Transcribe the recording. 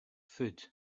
food